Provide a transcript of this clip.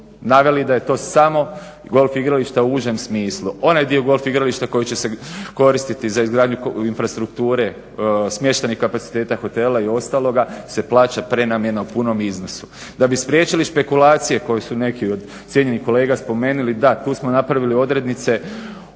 naveli da je to samo golf igrališta u užem smislu. Onaj dio golf igrališta koji će se koristiti za izgradnju infrastrukture smještajnih kapaciteta, hotela i ostaloga se plaća prenamjena u punom iznosu. Da bi spriječili špekulacije koje su neki od cijenjenih kolega spomenuli, da tu smo napravili odrednice koje